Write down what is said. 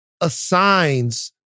assigns